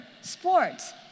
sports